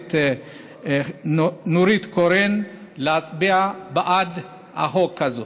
הכנסת נורית קורן, להצביע בעד החוק הזה.